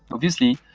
obviously,